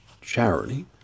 charity